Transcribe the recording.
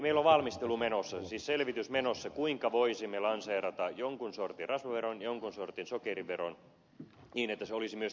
meillä on selvitys menossa kuinka voisimme lanseerata jonkun sortin rasvaveron ja jonkun sortin sokeriveron niin että se olisi myös toimiva ratkaisu